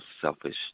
selfish